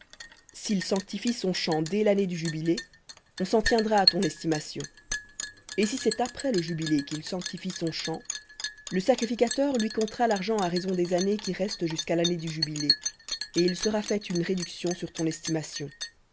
s'il sanctifie son champ dès l'année du jubilé on s'en tiendra à ton estimation et si c'est après le jubilé qu'il sanctifie son champ le sacrificateur lui comptera l'argent à raison des années qui restent jusqu'à l'année du jubilé et il sera fait une réduction sur ton estimation